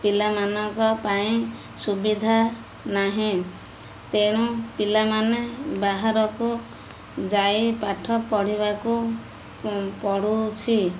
ପିଲାମାନଙ୍କ ପାଇଁ ସୁବିଧା ନାହିଁ ତେଣୁ ପିଲାମାନେ ବାହାରକୁ ଯାଇ ପାଠ ପଢ଼ିବାକୁ ପଡ଼ୁଛି